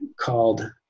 called